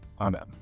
Amen